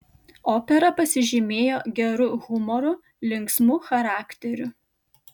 opera pasižymėjo geru humoru linksmu charakteriu